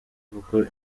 kuko